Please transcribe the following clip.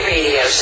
Radio